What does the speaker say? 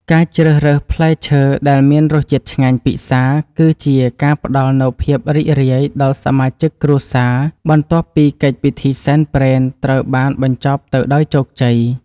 ការជ្រើសរើសផ្លែឈើដែលមានរសជាតិឆ្ងាញ់ពិសាគឺជាការផ្ដល់នូវភាពរីករាយដល់សមាជិកគ្រួសារបន្ទាប់ពីកិច្ចពិធីសែនព្រេនត្រូវបានបញ្ចប់ទៅដោយជោគជ័យ។